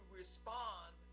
respond